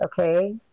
okay